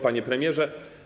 Panie Premierze!